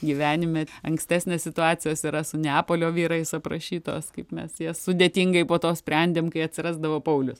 gyvenime ankstesnės situacijos yra su neapolio vyrais aprašytos kaip mes jas sudėtingai po to sprendėm kai atsirasdavo paulius